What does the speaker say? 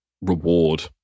reward